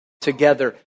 together